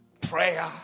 Prayer